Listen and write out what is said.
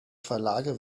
verlage